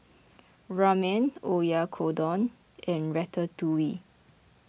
Ramen Oyakodon and Ratatouille